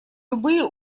любые